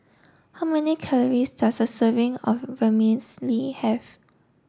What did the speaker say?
how many calories does a serving of Vermicelli have